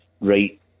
Right